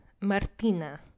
Martina